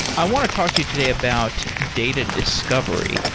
i want to talk to you today about data discovery,